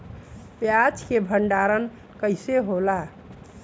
प्याज के भंडारन कइसे होला?